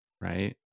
right